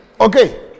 Okay